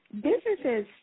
businesses